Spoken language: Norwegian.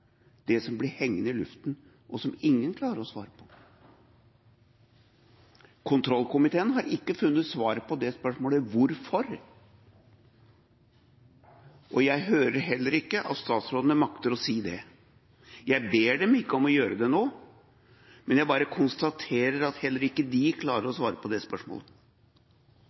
det som blir hengende i luften, og som ingen klarer å svare på. Kontrollkomiteen har ikke funnet svaret på det spørsmålet: Hvorfor? Jeg hører heller ikke at statsrådene makter å si det. Jeg ber dem ikke om å gjøre det nå, men jeg bare konstaterer at heller ikke de klarer å svare på det spørsmålet.